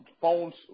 phones